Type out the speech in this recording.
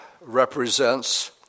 represents